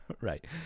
Right